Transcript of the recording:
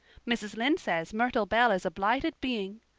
mrs. lynde says myrtle bell is a blighted being.